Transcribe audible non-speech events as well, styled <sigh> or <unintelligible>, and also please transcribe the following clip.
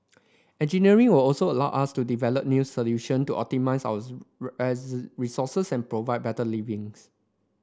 engineering will also allow us to develop new solution to optimise our <unintelligible> as resources and provide better livings